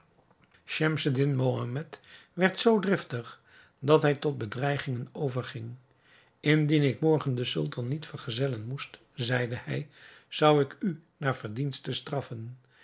schemseddin mohammed werd zoo driftig dat hij tot bedreigingen overging indien ik morgen den sultan niet vergezellen moest zeide hij zou ik u naar verdienste straffen